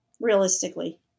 realistically